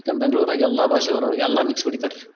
ಯಾಕನ ಬೆಂಗಳೂರಾಗೆ ಎಲ್ಲಾ ಭಾಷೆದವ್ರು ಎಲ್ಲಾ ಮಿಕ್ಸ್ ಹೊಡಿತಾರ್ರಿ